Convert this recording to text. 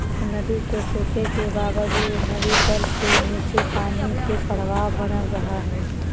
नदी के सूखे के बावजूद नदी तल के नीचे पानी के प्रवाह बनल रहइ हइ